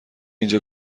اینجا